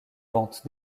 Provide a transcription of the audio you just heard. ventes